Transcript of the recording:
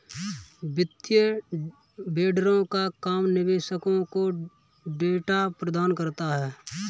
वित्तीय वेंडरों का काम निवेशकों को डेटा प्रदान कराना होता है